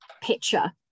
picture